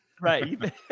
right